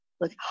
Look